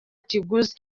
kiguzi